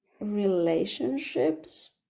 relationships